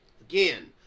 again